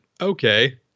Okay